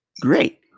great